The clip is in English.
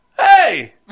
hey